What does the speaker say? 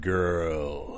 Girl